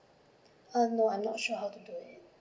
uh no I'm not sure how to do it